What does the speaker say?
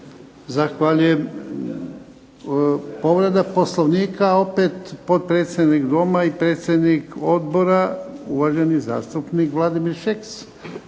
Zahvaljujem. Povreda Poslovnika opet potpredsjednik Doma i predsjednik odbora, uvaženi zastupnik Vladimir Šeks..